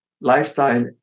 lifestyle